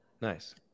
Nice